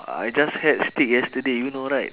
I just had steak yesterday you know right